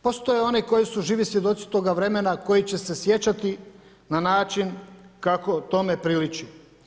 Postoje oni koji su živi svjedoci toga vremena, koji će se sjećati na način kako tom priliči.